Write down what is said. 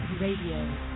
Radio